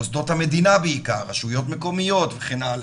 מוסדות המדינה בעיקר, רשויות מקומיות וכן הלאה.